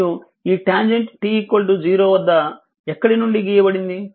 మరియు ఈ tangent t0 వద్ద ఎక్కడి నుండి గీయబడింది